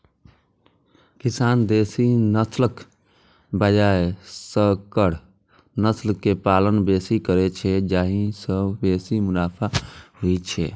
किसान देसी नस्लक बजाय संकर नस्ल के पालन बेसी करै छै, जाहि सं बेसी मुनाफा होइ छै